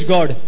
God